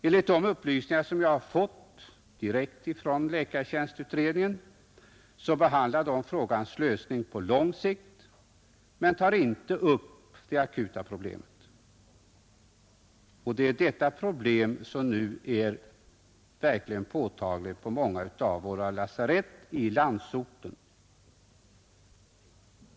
Enligt de upplysningar jag har fått direkt från läkartjänstutredningen behandlar den frågans lösning på lång sikt men tar inte upp det akuta problemet, och det är detta som nu är verkligt påtagligt på många av våra lasarett i landsorten.